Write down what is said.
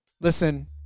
Listen